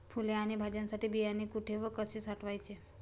फुले आणि भाज्यांसाठी बियाणे कुठे व कसे साठवायचे?